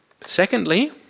Secondly